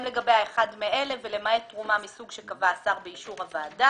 לגביה אחד מאלה ולמעט תרומה מסוג שקבע השר באישור הוועדה.